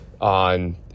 on